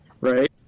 right